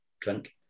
drink